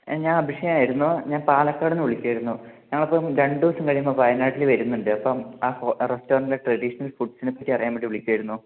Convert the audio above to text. ഞാൻ അഭിഷേക് ആയിരുന്നു ഞാൻ പാലക്കാടുനിന്ന് വിളിക്കുകയായിരുന്നു ഞങ്ങൾ ഇപ്പം രണ്ട് ദിവസം കഴിയുമ്പോൾ വയനാട്ടിൽ വരുന്നുണ്ട് അപ്പം ആ റെസ്റ്റോറന്റിന്റെ ട്രഡീഷണൽ ഫുഡ്സിനെ പറ്റി അറിയാൻ വേണ്ടി വിളിച്ചതായിരുന്നു